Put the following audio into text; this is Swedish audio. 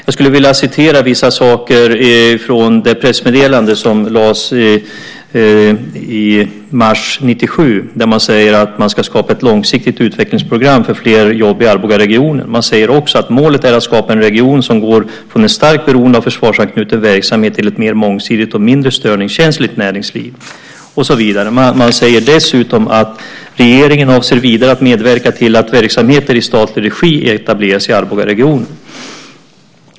Jag vill framhålla vissa saker från det pressmeddelande som lades fram i mars 1997. Där framgår att det ska skapas ett långsiktigt utvecklingsprogram för flera jobb i Arbogaregionen. Man säger också att målet är att skapa en region som går från en starkt försvarsberoende verksamhet till ett mer mångsidigt och mindre störningskänsligt näringsliv, och så vidare. Man säger dessutom att regeringen vidare avser att medverka till att verksamheter i statlig regi etableras i Arbogaregionen.